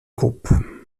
groupe